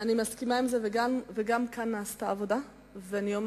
אני מסכימה עם זה, וגם כאן נעשתה עבודה, ואני אומר